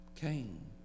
Cain